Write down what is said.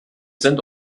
sind